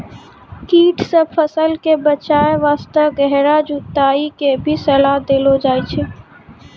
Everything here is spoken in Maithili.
कीट सॅ फसल कॅ बचाय वास्तॅ गहरा जुताई के भी सलाह देलो जाय छै